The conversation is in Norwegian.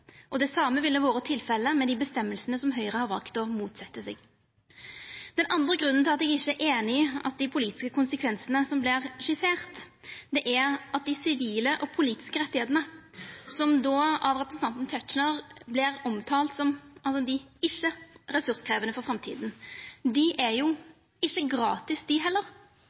måte. Det same ville vore tilfellet med dei avgjerdene som Høgre har valt å motsetja seg. Den andre grunnen til at eg ikkje er einig i dei politiske konsekvensane som vert skisserte, er at dei sivile og politiske rettane, som representanten Tetzschner omtala som ikkje ressurskrevjande for framtida, ikkje er gratis dei heller.